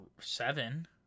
seven